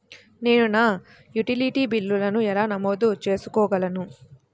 నేను నా యుటిలిటీ బిల్లులను ఎలా నమోదు చేసుకోగలను?